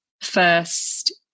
first